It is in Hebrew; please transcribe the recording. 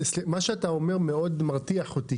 מה שאתה אומר מאוד מרתיח אותי,